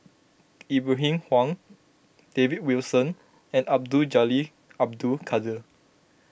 Ibrahim Awang David Wilson and Abdul Jalil Abdul Kadir